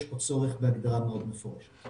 אני בטוח שיש לי מגבלות שאני לא יכול לעמוד בהן.